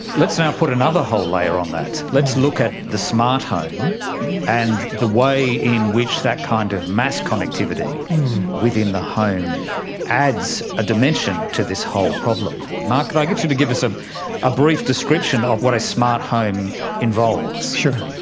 let's now put another whole layer on that, let's look at the smart home and the way in which that kind of mass connectivity within the home adds a dimension to this whole problem. mark, could i get you to give us ah a brief description of what a smart home involves? sure.